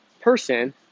person